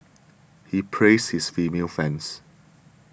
he praises his female fans